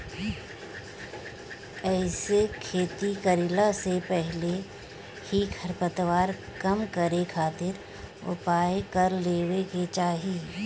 एहिसे खेती कईला से पहिले ही खरपतवार कम करे खातिर उपाय कर लेवे के चाही